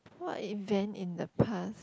what event in the past